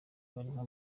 barimo